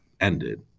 ended